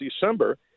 December